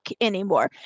anymore